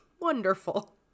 Wonderful